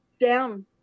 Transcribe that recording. down